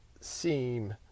seem